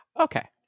Okay